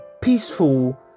peaceful